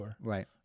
right